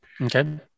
okay